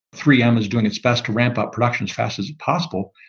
three m is doing its best to ramp up production as fast as possible,